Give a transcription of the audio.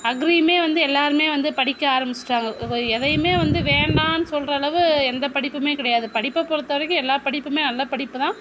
அக்ரியுமே வந்து எல்லாேருமே வந்து படிக்க ஆரமிச்சிட்டாங்க எதையுமே வந்து வேண்டான்னு சொல்கிற அளவு எந்த படிப்புமே கிடையாது படிப்பை பொறுத்தவரைக்கும் எல்லா படிப்புமே நல்ல படிப்பு தான்